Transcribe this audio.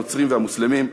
הנוצרים והמוסלמים,